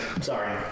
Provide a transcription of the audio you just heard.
Sorry